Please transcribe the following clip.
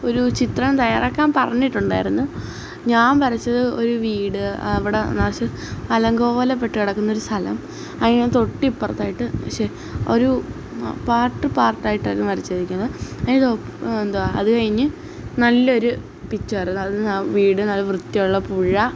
ഒരു ചിത്രം തയ്യാറാക്കാന് പറഞ്ഞിട്ടുണ്ടായിരുന്നു ഞാന് വരച്ചത് ഒര് വീട് അവിടെ നാശം അലങ്കോലപ്പെട്ട് കിടക്കുന്ന ഒരു സ്ഥലം അതിന് തൊട്ട് ഇപ്പുറത്തായിട്ട് ശെ ഒരു പാര്ട്ട് പാര്ട്ടായിട്ടായിരുന്നു വരച്ചിരിക്കുന്നത് അതിന് എന്ത അത് കഴിഞ്ഞ് നല്ലൊരു പിക്ചർ അത് അ വീട് നല്ല വൃത്തി ഉള്ള പുഴ